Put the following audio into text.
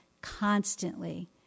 constantly